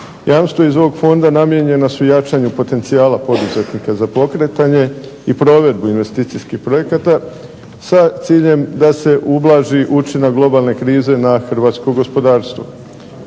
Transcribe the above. Jamstva iz ovog fonda namijenjena su jačanju potencijala poduzetnika za pokretanje i provedbu investicijskih projekata sa ciljem da se ublaži učinak globalne krize na hrvatsko gospodarstvo.